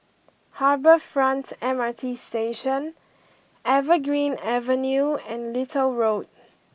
Harbour Front M R T Station Evergreen Avenue and Little Road